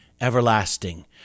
everlasting